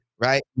right